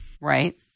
Right